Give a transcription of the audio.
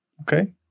Okay